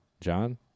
John